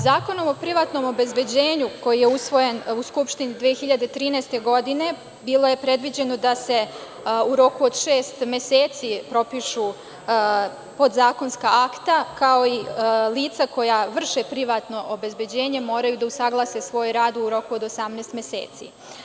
Zakonom o privatnom obezbeđenju, koji je usvojen u Skupštini 2013. godine, bilo je predviđeno da se u roku od šest meseci propišu podzakonska akta, kao i lica koja vrše privatno obezbeđenje moraju da usaglase svoj rad u roku od 18 meseci.